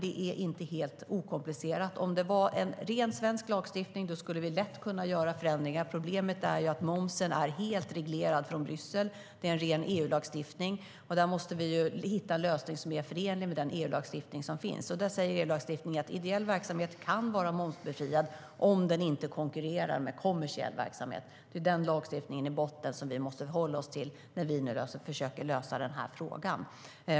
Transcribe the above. Det är inte helt okomplicerat. Om det hade varit en rent svensk lagstiftning skulle vi lätt kunna göra förändringar. Problemet är att momsen är helt reglerad från Bryssel; det är en ren EU-lagstiftning. Därför måste vi hitta en lösning som är förenlig med EU-lagstiftningen, som säger att ideell verksamhet kan vara momsbefriad om den inte konkurrerar med kommersiell verksamhet. Det är den lagstiftningen som vi måste ha i botten och hålla oss till när vi nu försöker lösa den här frågan.